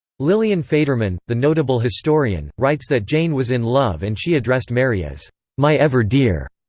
lilian faderman, the notable historian, writes that jane was in love and she addressed mary as my ever dear,